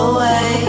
Away